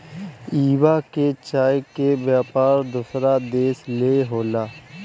इहवां के चाय के व्यापार दोसर देश ले होला